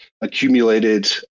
accumulated